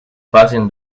passing